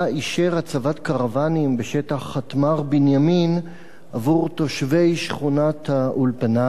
אישר הצבת קרוונים בשטח חטמ"ר בנימין עבור תושבי שכונת-האולפנה,